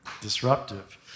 disruptive